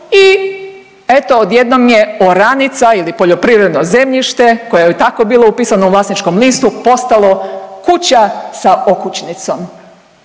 i eto odjednom je oranica ili poljoprivredno zemljište koje je tako bilo upisano u vlasničkom listu postalo kuća sa okućnicom,